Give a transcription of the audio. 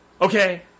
Okay